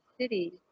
city